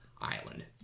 island